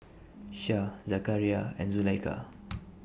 Syah Zakaria and Zulaikha